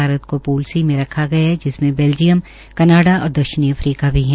भारत को pool C में रखा गया है जिसमें बैल्जियम कनाडा़ और दक्षिणी अफ्रीका भी है